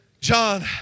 John